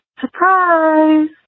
surprise